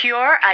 Pure